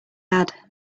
had